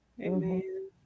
Amen